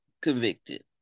convicted